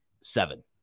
seven